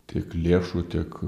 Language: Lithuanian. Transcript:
tiek lėšų tiek